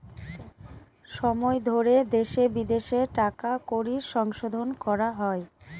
সময় ধরে দেশে বিদেশে টাকা কড়ির সংশোধন করা হয়